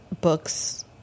books